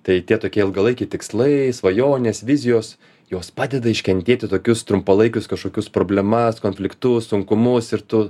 tai tie tokie ilgalaikiai tikslai svajonės vizijos jos padeda iškentėti tokius trumpalaikius kažkokius problemas konfliktus sunkumus ir tu